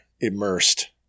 immersed